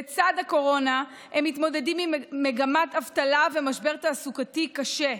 לצד הקורונה הם מתמודדים עם מגמת אבטלה ומשבר תעסוקתי קשה.